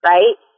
Right